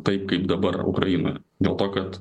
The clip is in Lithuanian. taip kaip dabar ukrainoje dėl to kad